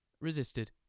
resisted